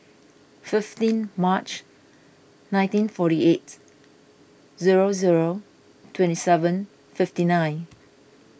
fifteen March nineteen forty eight zero zero twenty seven fifty nine